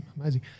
amazing